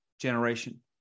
generation